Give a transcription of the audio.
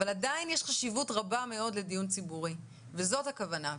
אבל עדיין יש חשיבות רבה מאוד לדיון ציבורי וזאת הכוונה.